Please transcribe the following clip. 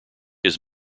his